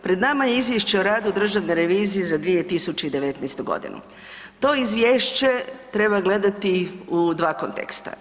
Pred nama je Izvješće o radu državne revizije za 2019. g. To Izvješće treba gledati u 2 konteksta.